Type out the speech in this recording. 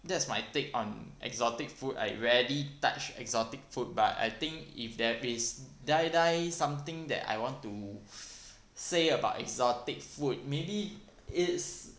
that's my take on exotic food I rarely touch exotic food but I think if there is die die something that I want to say about exotic food maybe is